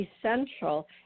essential